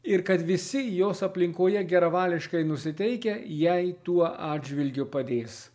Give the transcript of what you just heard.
ir kad visi jos aplinkoje geravališkai nusiteikę jai tuo atžvilgiu padės